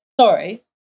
sorry